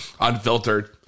unfiltered